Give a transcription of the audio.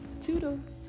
Toodles